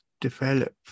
develop